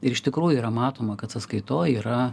ir iš tikrųjų yra matoma kad sąskaitoj yra